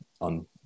on